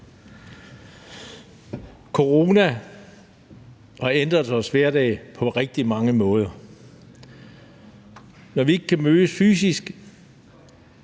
Corona har ændret vores hverdag på rigtig mange måder. Når vi ikke kan mødes fysisk,